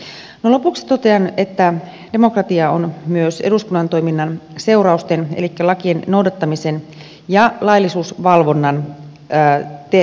no lopuksi totean että demokratia on myös eduskunnan toiminnan seurausten elikkä lakien noudattamisen ja laillisuusvalvonnan tila